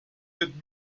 wird